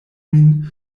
min